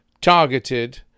targeted